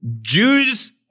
Jews